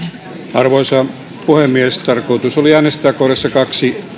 arvoisa puhemies tarkoitus oli äänestää kohdassa kaksi